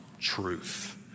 truth